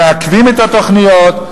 הם מעכבים את התוכניות,